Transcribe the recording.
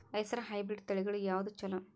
ಹೆಸರ ಹೈಬ್ರಿಡ್ ತಳಿಗಳ ಯಾವದು ಚಲೋ?